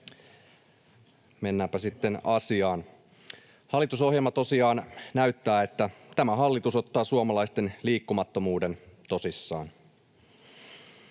Mennäänpä sitten asiaan. Hallitusohjelma tosiaan näyttää, että tämä hallitus ottaa suomalaisten liikkumattomuuden tosissaan.